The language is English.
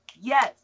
yes